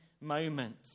moment